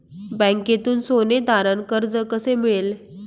बँकेतून सोने तारण कर्ज कसे मिळेल?